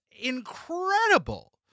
incredible